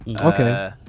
Okay